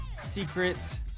secrets